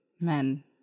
men